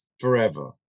forever